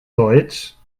deutsch